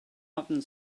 ofn